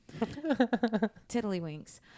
Tiddlywinks